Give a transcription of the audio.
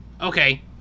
Okay